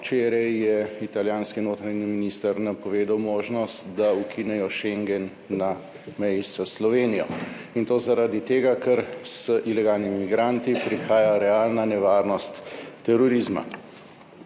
včeraj je italijanski notranji minister napovedal možnost, da ukinejo schengen na meji s Slovenijo, in to zaradi tega, ker z ilegalnimi migranti prihaja realna nevarnost terorizma.